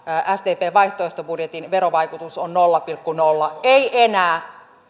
sdpn vaihtoehtobudjetin verovaikutus on nolla pilkku nolla ei enää